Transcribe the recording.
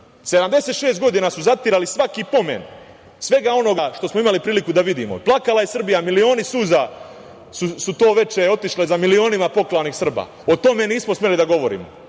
76 godina su zatirali svaki pomen svega onoga što smo imali priliku da vidimo. Plakala je Srbija, milioni suza su to veče otišle za milionima poklanih Srba. O tome nismo smeli da govorimo. Hoću